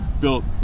built